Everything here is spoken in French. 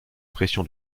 pression